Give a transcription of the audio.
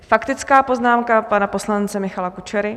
Faktická poznámka pana poslance Michala Kučery.